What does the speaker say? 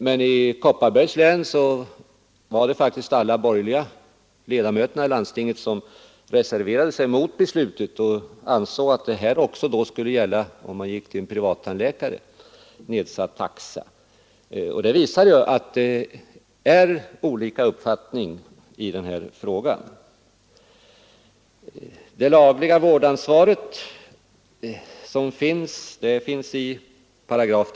Men i Kopparbergs län reserverade sig faktiskt alla borgerliga ledamöter i landstinget mot beslutet och ansåg att nedsatt taxa skulle gälla också om man gick till en privattandläkare. Det visar att det finns olika uppfattningar i den här frågan. Det lagliga vårdansvaret tas upp i 2 § folktandvårdslagen.